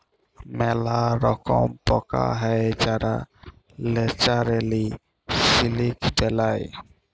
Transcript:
ম্যালা রকম পকা হ্যয় যারা ল্যাচারেলি সিলিক বেলায়